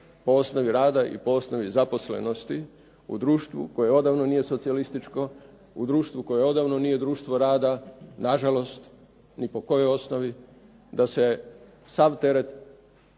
po osnovi rada i po osnovi zaposlenosti u društvu koje odavno nije socijalističko, u društvu koje odavno nije društvo rada, nažalost ni po kojoj osnovi da se sav teret